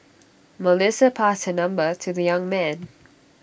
Melissa passed her number to the young man